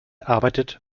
arbeitet